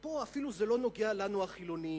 פה אפילו זה לא נוגע לנו החילונים.